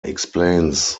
explains